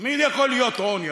תמיד יכול להיות עוני,